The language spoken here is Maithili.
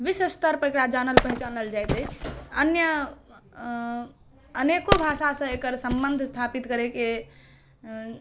विश्वस्तर पर एकरा जानल पहचानल जाइत अछि अन्य अनेको भाषासँ एकर सम्बन्ध स्थापित करै के